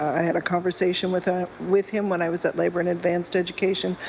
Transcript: i had a conversation with ah with him when i was at labour and advanced education.